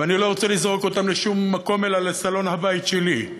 ואני לא רוצה לזרוק אותם לשום מקום אלא לסלון הבית שלי.